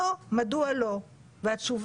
מצוין.